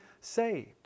saved